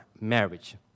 marriage